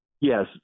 Yes